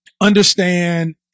understand